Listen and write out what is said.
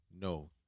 no